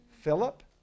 Philip